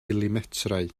milimetrau